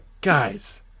guys